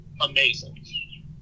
amazing